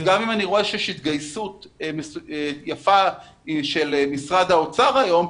גם אם אני רואה שיש התגייסות יפה של משרד האוצר היום,